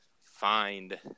find